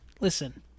listen